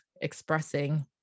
expressing